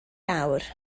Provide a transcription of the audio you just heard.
awr